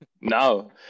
No